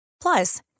Plus